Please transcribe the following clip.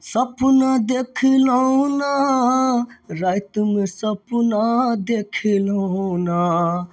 सपना देखलहुँ ने रातिमे सपना देखलहुँ ने